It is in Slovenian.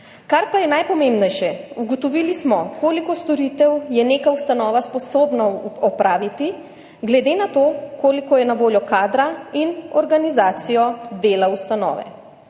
Kar pa je najpomembnejše, ugotovili smo, koliko storitev je neka ustanova sposobna opraviti glede na to, koliko je na voljo kadra, in organizacijo dela ustanove.